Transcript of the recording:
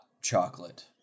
chocolate